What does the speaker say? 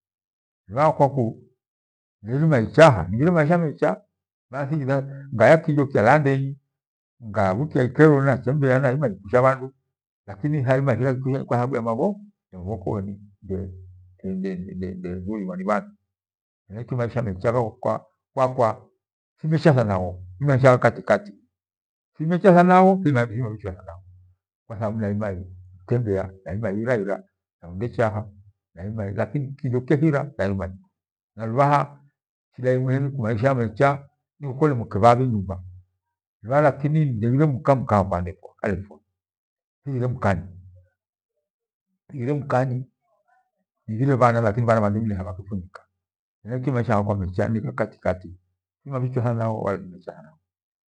Lubhaha kwakuu ndeirima ichaha highire maisha mecha. Bathi ugaya kiho nkyalaa ndenyi ngabhuleia ikero nnairima ikusha bhandu lakini thithairima ihira kyokyosheni kwathababu ya mabhoho mabhoko nyi ndendi thuiwa ni bhandu henaicho maisha mecha kwakwa thiniecha thagho ni maisha gha katikati timecha thagho thimabichwa thana gho. Kwa thababu nairima itembea naima iiraira. Thafundu udechaha nairima lakini kindokyehira nthairimanya nalubhaha maisha mecha nkole muka Bhabhi nyumba lakini nleghire mka mka akpfwa thighire mkanyi thighire mkanyi nighire bhana lakini bhandemleghe bhakapfwo nyika hena maisha galewa mmecha ghakatikati. Thimabhichwa thanagho wala thime chagho.